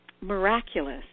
miraculous